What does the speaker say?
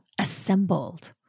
Assembled